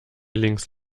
links